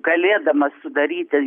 galėdama sudaryti